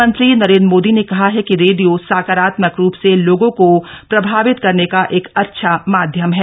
प्रधानमंत्री नरेंद्र मोदी ने कहा है कि रेडियो सकारात्मक रूप से लोगों को प्रभावित करने का एक अच्छा माध्यम है